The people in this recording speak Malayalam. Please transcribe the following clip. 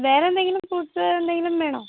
വേറെന്തെങ്കിലും ഫ്രൂട്സ് എന്തെങ്കിലും വേണോ